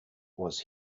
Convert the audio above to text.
was